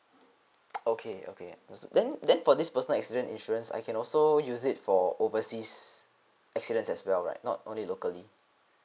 okay okay understood then then for this personal accident insurance I can also use it for overseas accidents as well right not only locally